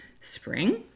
spring